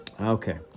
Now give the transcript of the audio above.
Okay